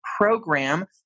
program